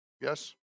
Yes